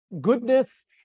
goodness